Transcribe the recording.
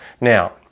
Now